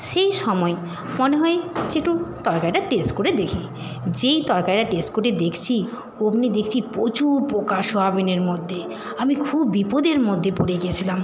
সেই সময় মনে হয় যে একটু তরকারিটা টেস্ট করে দেখি যেই তরকারিটা টেস্ট করে দেখছি অমনি দেখছি প্রচুর পোকা সোয়াবিনের মধ্যে আমি খুব বিপদের মধ্যে পড়ে গেছিলাম